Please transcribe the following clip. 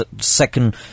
second